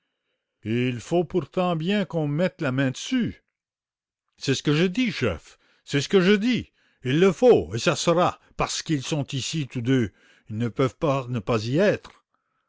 il faut pourtant bien qu'on mette la main sur eux c'est ce que je dis chef c'est ce que je dis il le faut et ça sera parce qu'ils sont ici tous deux ils ne peuvent pas ne pas y être